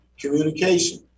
communication